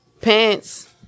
Pants